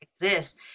exist